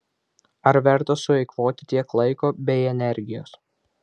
ar verta sueikvoti tiek laiko bei energijos